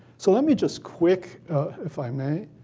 so let me just quick if i may,